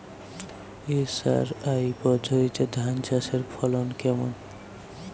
SRI পদ্ধতিতে ধান চাষের ফলন কেমন?